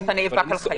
שאתה נאבק על חייו.